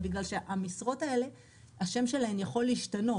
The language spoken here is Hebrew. השם של המשרות האלה יכול להשתנות.